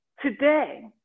today